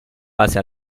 base